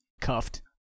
cuffed